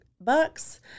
bucks